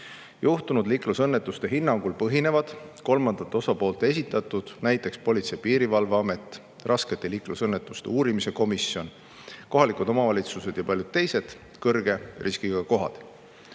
juhtunud liiklusõnnetuste hinnangul põhinevad kolmandate osapoolte esitatud, näiteks Politsei‑ ja Piirivalveamet, raskete liiklusõnnetuste uurimise komisjon, kohalikud omavalitsused ja paljud teised, kõrge riskiga kohad.